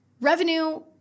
revenue